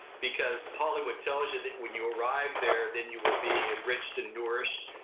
because hollywood tells you that when you arrive there then you will be enriched and nourished,